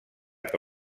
que